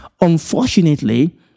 Unfortunately